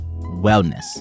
Wellness